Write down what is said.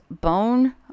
bone